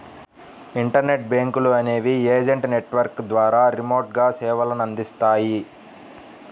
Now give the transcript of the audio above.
internet బ్యాంకులు అనేవి agent network ద్వారా రిమోట్గా సేవలనందిస్తాయి